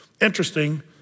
Interesting